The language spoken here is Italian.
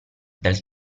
del